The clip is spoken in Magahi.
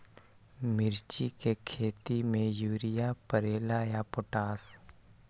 मिर्ची के खेती में यूरिया परेला या पोटाश?